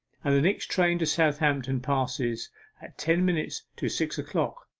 and the next train to southampton passes at ten minutes to six o'clock.